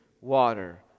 water